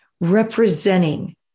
representing